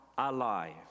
alive